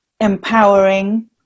empowering